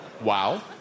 Wow